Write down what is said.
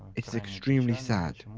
it is extremely sad.